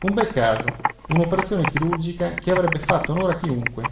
un bel caso un'operazione chirurgica che avrebbe fatto onore a chiunque